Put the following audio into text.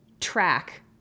track